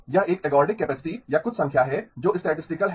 यह एक ergodic capacity या कुछ संख्या है जो स्टैटिस्टिकल है